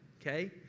okay